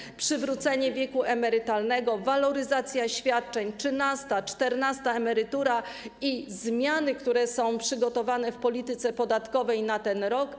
Tutaj mamy przywrócenie wieku emerytalnego, waloryzację świadczeń, trzynastą i czternastą emeryturę i zmiany, które są przygotowane w polityce podatkowej na ten rok.